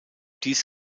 dies